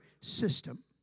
system